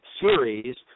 series